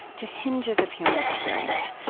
to hinges of human experience,